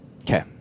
Okay